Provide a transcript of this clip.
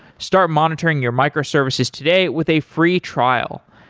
start monitoring your microservices today with a free trial,